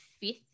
fifth